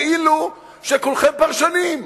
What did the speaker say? כאילו שכולכם פרשנים,